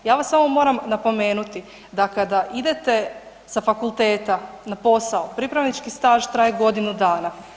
Ja vas ovo moram napomenuti da kada idete sa fakulteta na posao, pripravnički staž traje godinu dana.